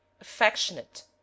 Affectionate